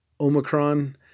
Omicron